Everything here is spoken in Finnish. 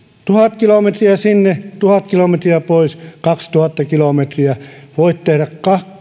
tuhat kilometriä sinne tuhat kilometriä pois kaksituhatta kilometriä voit tehdä